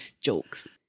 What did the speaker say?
jokes